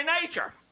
nature